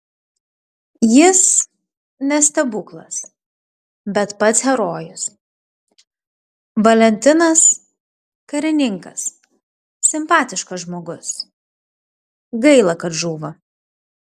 jis ne stebuklas bet pats herojus valentinas karininkas simpatiškas žmogus gaila kad žūva